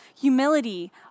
humility